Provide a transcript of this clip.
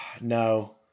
No